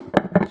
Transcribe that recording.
שירלי.